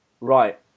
right